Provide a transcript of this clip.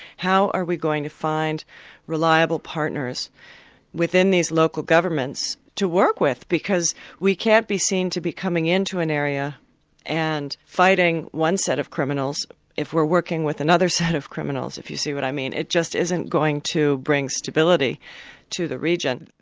how are we going to find reliable partners within these local governments, to work with? because we can't be seen to be coming in to an area and fighting one set of criminals if we're working with another set of criminals, if you see what i mean it just isn't going to bring stability to the region.